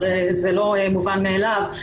זה לא מובן מאליו.